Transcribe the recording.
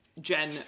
Jen